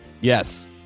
Yes